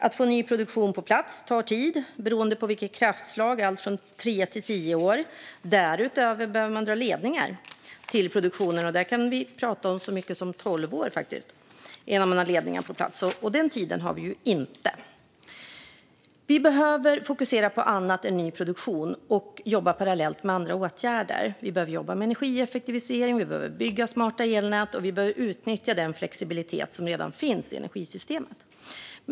Att få ny produktion på plats tar tid - beroende på energislag allt från tre till tio år. Därutöver behöver man dra ledningar till produktionsanläggningarna. Där kan det handla om så mycket som tolv år innan man har ledningar på plats, och den tiden har vi ju inte. Vi behöver fokusera på annat än ny produktion och jobba parallellt med andra åtgärder. Vi behöver jobba med energieffektivisering, bygga smarta elnät och utnyttja den flexibilitet som redan finns i energisystemet.